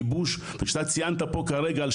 אתה ציינת פה על ה-